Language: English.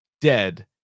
dead